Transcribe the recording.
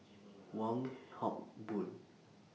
Wong Hock Boon